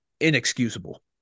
inexcusable